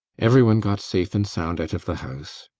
every one got safe and sound out of the house